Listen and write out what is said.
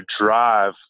drive